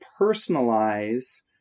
personalize